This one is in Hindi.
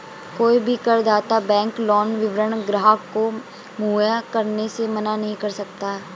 कोई भी करदाता बैंक लोन विवरण ग्राहक को मुहैया कराने से मना नहीं कर सकता है